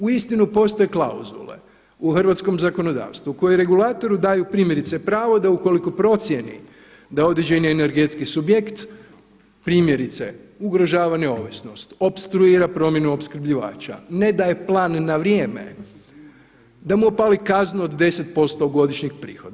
Uistinu postoje klauzule u hrvatskom zakonodavstvu koje regulatoru daju primjerice pravo da ukoliko procijeni da određeni energetski subjekt, primjerice ugrožava neovisnost, opstruira promjenu opskrbljivača, ne daje plan na vrijeme, da mu opali kaznu od 10% godišnjeg prihoda.